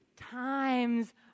times